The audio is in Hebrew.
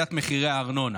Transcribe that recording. אריאל קלנר,